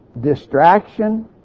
distraction